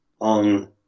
on